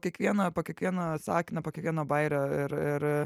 kiekvieno po kiekvieno sakinio po kiekvieno bajerio ir ir